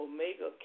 Omega